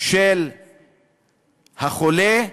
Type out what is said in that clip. של החולה,